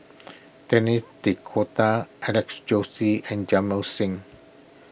Denis D'Cotta Alex Josey and Jamit Singh